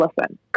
listen